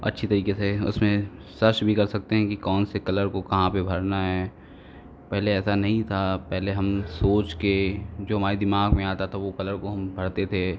अच्छी तरीके से हम उसको सर्च भी कर सकते हैं कि कौन से कलर को कहाँ पर भरना है पहले ऐसा नहीं था पहले हम सोच के जो हमारे दिमाग में आता था वह कलर को हम भरते थे